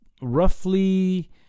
roughly